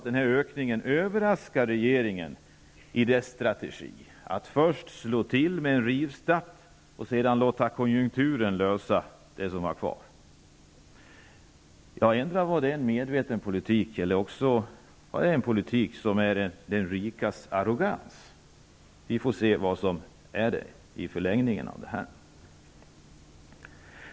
Den här ökningen överraskar tydligen regeringen i dess strategi att först slå till med en rivstart och sedan låta konjunkturen lösa resterande problem. Endera var detta en medveten politik, eller också var det en politik som är ett uttryck för de rikas arrogans. Vi får se hur det blir i förlängningen av denna politik.